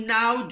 now